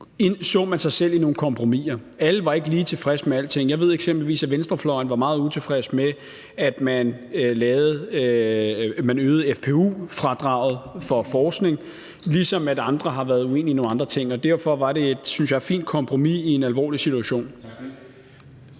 så sig selv i nogle kompromiser. Alle var ikke lige tilfredse med alting. Jeg ved eksempelvis, at venstrefløjen var meget utilfreds med, at man øgede FoU-fradraget for forskning, ligesom at andre har været uenige i nogle andre ting. Derfor var det, synes jeg, et fint kompromis i en alvorlig situation.